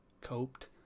Coped